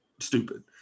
stupid